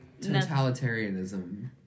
totalitarianism